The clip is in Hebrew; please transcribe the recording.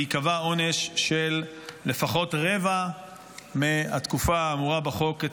וייקבע עונש מינימום של לפחות רבע מהתקופה האמורה בחוק.